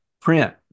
print